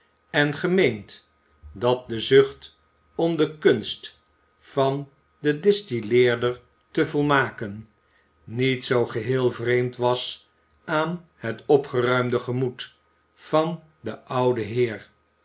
en gemeend dat de zucht om de kunst van den distilleerder te volmaken niet zoo geheel vreemd was aan het opgeruimde gemoed van den ouden heer